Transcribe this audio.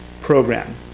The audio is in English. Program